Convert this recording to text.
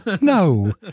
No